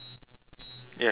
yes I have